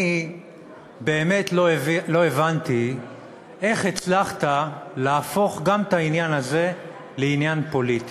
אני באמת לא הבנתי איך הצלחת להפוך גם את העניין הזה לעניין פוליטי.